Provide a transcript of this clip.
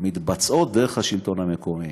מתבצעות דרך השלטון המקומי: